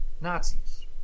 Nazis